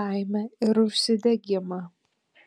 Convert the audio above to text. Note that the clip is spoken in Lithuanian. laimę ir užsidegimą